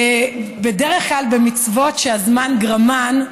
בדרך כלל במצוות שהזמן גרמן,